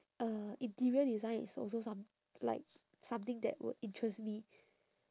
uh interior design is also some~ like something that would interest me